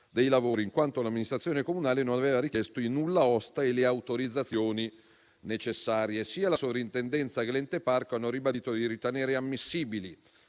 dei lavori in quanto l'amministrazione comunale non aveva richiesto il nulla osta e le autorizzazioni necessarie. Sia la Soprintendenza che l'ente parco hanno ribadito di ritenere ammissibili,